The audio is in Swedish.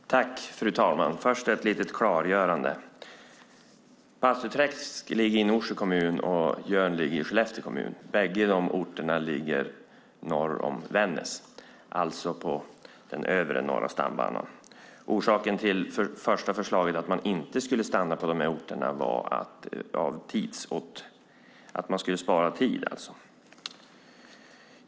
Fru talman! Låt mig först komma med ett litet klargörande. Bastuträsk ligger i Norsjö kommun och Jörn i Skellefteå kommun. Bägge dessa orter ligger norr om Vännäs, alltså på den övre delen av Norra stambanan. Orsaken till det första förslaget, att man inte skulle stanna på dessa orter, var att spara tid.